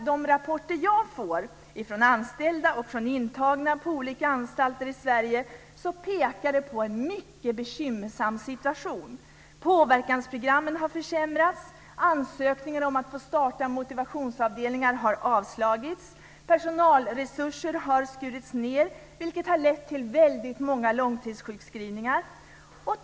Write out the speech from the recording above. De rapporter jag får från anställda och intagna på olika anstalter i Sverige pekar på en mycket bekymmersam situation. Påverkansprogrammen har försämrats. Ansökningar om att få starta motivationsavdelningar har avslagits. Personalresurser har skurits ned, vilket har lett till väldigt många långtidssjukskrivningar.